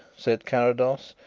said carrados.